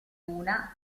una